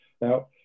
Now